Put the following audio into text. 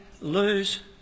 lose